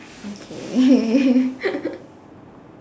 okay